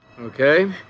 Okay